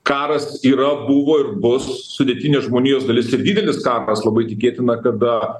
karas yra buvo ir bus sudėtinė žmonijos dalis ir didelis karas labai tikėtina kada